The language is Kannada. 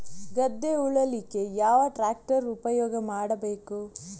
ಗದ್ದೆ ಉಳಲಿಕ್ಕೆ ಯಾವ ಟ್ರ್ಯಾಕ್ಟರ್ ಉಪಯೋಗ ಮಾಡಬೇಕು?